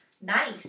Nice